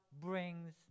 brings